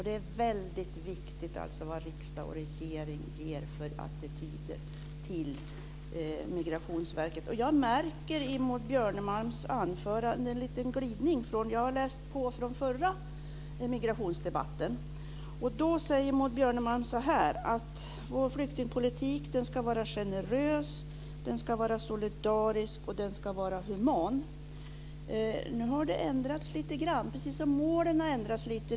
Det är alltså väldigt viktigt vilka attityder riksdag och regering har inför Jag märker i Maud Björnemalms anförande en liten glidning från förra migrationsdebatten, som jag har läst på. Då säger Maud Björnemalm så här: Vår flyktingpolitik ska vara generös, solidarisk och human. Nu har det ändrats lite grann, precis som målen har ändrats lite.